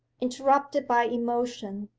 interrupted by emotion,